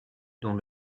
dont